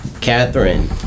Catherine